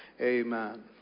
Amen